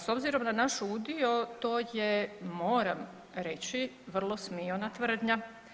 S obzirom na naš udio, to je, moram reći, vrlo smiona tvrdnja.